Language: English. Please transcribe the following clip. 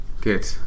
Good